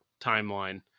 timeline